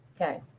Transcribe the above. Okay